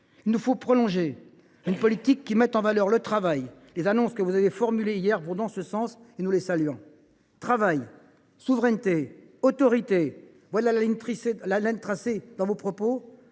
Il nous faut prolonger une politique qui met en valeur le travail. Les annonces que vous avez formulées hier vont en ce sens ; nous les saluons. Travail, souveraineté, autorité : voilà la ligne que vous avez tracée